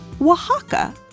Oaxaca